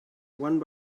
one